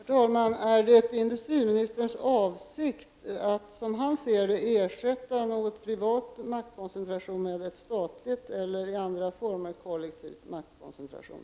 Herr talman! Är det industriministerns avsikt att ersätta vad han kallar privat maktkoncentration med statlig eller med andra former av kollektiv maktkoncentration?